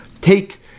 take